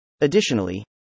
Additionally